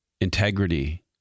integrity